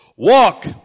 Walk